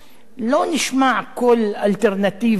לא נשמע קול אלטרנטיבי,